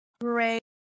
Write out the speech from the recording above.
great